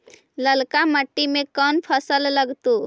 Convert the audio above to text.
ललका मट्टी में कोन फ़सल लगतै?